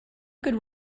could